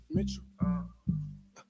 Mitchell